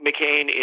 McCain